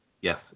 Yes